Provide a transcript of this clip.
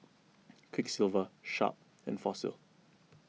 Quiksilver Sharp and Fossil